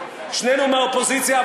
שנינו מהאופוזיציה,